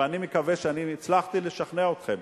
אני מקווה, אני חושב שהצלחתי לשכנע אתכם.